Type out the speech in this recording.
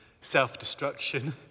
self-destruction